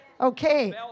Okay